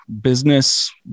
business